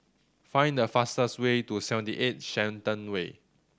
find the fastest way to Seventy Eight Shenton Way